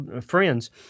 friends